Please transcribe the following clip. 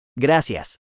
Gracias